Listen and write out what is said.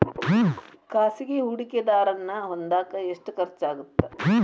ಖಾಸಗಿ ಹೂಡಕೆದಾರನ್ನ ಹೊಂದಾಕ ಎಷ್ಟ ಖರ್ಚಾಗತ್ತ